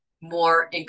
more